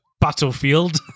battlefield